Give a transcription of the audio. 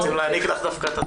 רצינו להעניק לך את התואר.